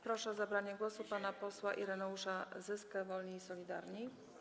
Proszę o zabranie głosu pana posła Ireneusza Zyskę, Wolni i Solidarni.